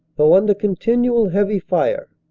though under continual heavy fire,